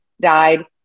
died